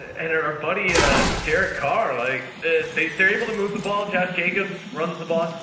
and our buddy ah derek carr, like they they're able to move the ball. josh jacobs runs the ball,